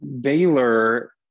Baylor